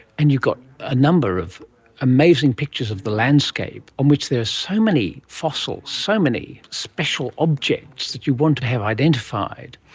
and you've got a number of amazing pictures of the landscape in which there are so many fossils, so many special objects that you want to have identified,